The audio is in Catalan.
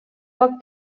poc